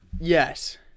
Yes